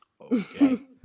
Okay